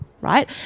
right